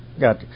got